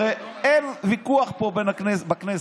הרי אין ויכוח פה בכנסת,